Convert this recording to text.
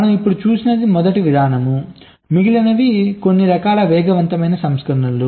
మనం ఇప్పుడు చూసినది మొదటి విధానం మిగిలినవి కొన్ని రకాల వేగవంతమైన సంస్కరణలు